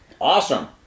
Awesome